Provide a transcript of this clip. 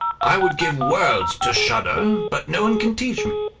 i would give worlds to shudder, but no one can teach me.